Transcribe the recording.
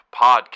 Podcast